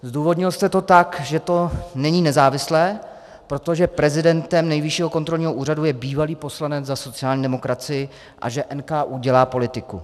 Zdůvodnil jste to tak, že to není nezávislé, protože prezidentem Nejvyššího kontrolního úřadu je bývalý poslanec za sociální demokracii a že NKÚ dělá politiku.